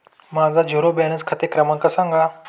माझा zero balance खाते क्रमांक सांगा